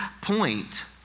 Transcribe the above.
point